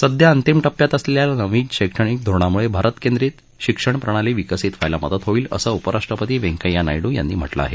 सध्या अंतिम टप्प्यात असलेल्या नवीन शैक्षणिक धोरणामुळे भारतकेंद्रीत शिक्षण प्रणाली विकसित व्हायला मदत होईल असं उपराष्ट्रपती वैंकय्या नायडू यांनी म्हटलं आहे